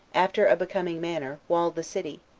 after a becoming manner, walled the city,